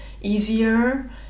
easier